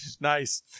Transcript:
Nice